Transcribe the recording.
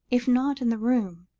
if not in the room,